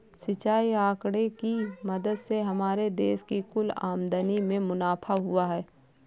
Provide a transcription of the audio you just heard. सिंचाई आंकड़े की मदद से हमारे देश की कुल आमदनी में मुनाफा हुआ है